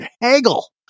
haggle